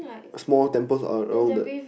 small temples are around that